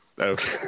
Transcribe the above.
Okay